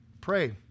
Pray